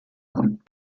amt